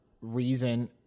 reason